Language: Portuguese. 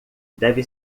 deve